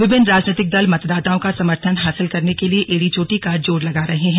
विभिन्न राजनीतिक दल मतदाताओं का समर्थन हासिल करने के लिए एडी चोटी का जोर लगा रहें है